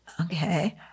Okay